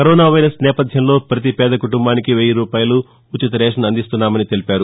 corona virus నేపథ్యంలో పతి పేద కుటుంబానికి వెయ్యి రూపాయలు ఉచిత రేషన్ అందిస్తున్నామని తెలిపారు